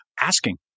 asking